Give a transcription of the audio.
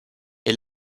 est